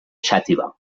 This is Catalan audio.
xàtiva